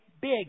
big